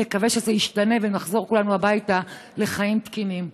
נקווה שזה ישתנה ונחזור כולנו הביתה לחיים תקינים.